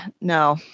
no